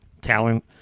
talent